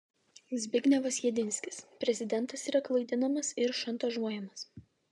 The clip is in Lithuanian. zbignevas jedinskis prezidentas yra klaidinamas ir šantažuojamas